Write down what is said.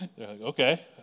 okay